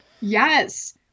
Yes